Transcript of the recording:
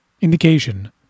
Indication